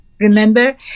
Remember